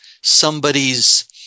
somebody's